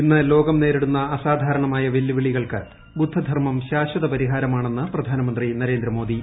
ഇന്ന് ലോകം നേരിടുന്ന അസാധാരണമായ വെല്ലുവിളികൾക്ക് ബുദ്ധ ധർമ്മം ശാശ്വത പരിഹാരമാണെന്ന് പ്രധാനമന്ത്രി നരേന്ദ്ര മോദി